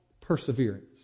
perseverance